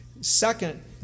Second